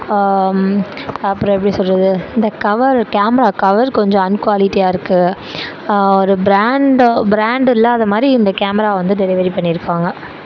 அப்புறம் எப்படி சொல்கிறது இந்த கவர் கேமரா கவர் கொஞ்சம் அன் குவாலிட்டியாக இருக்கு ஒரு பிராண்டு பிராண்ட் இல்லாத மாதிரி இந்த கேமராவை வந்து டெலிவரி பண்ணியிருக்காங்க